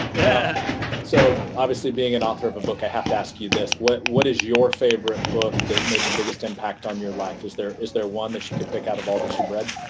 yeah so, obviously being an author of a book, i have to ask you this. what what is your favorite book that made the biggest impact on your life? is there is there one that you could pick out of all that you've read?